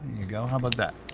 you go, how about that?